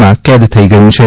માં કેદ થઈ ગયો છે